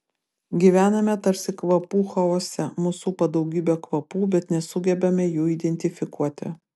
gyvename tarsi kvapų chaose mus supa daugybė kvapų bet nesugebame jų identifikuoti